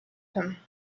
him